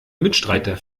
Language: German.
mitstreiter